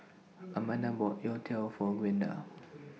Amanda bought Youtiao For Gwenda